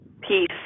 Peace